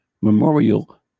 Memorial